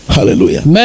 Hallelujah